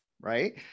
right